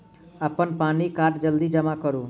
अप्पन पानि कार्ड जल्दी जमा करू?